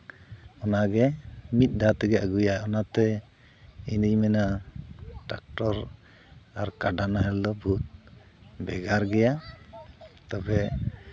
ᱚᱱᱟᱜᱮ ᱢᱤᱫ ᱫᱷᱟᱣ ᱛᱮᱜᱮ ᱟᱹᱜᱩᱭᱟ ᱚᱱᱟ ᱛᱮ ᱤᱧᱫᱩᱧ ᱢᱮᱱᱟ ᱴᱨᱟᱠᱴᱚᱨ ᱟᱨ ᱠᱟᱰᱟ ᱱᱟᱦᱮᱞ ᱫᱚ ᱵᱚᱦᱩᱫ ᱵᱷᱮᱜᱟᱨ ᱜᱮᱭᱟ ᱛᱚᱵᱮ